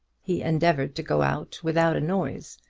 he endeavoured to go out without a noise,